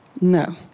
No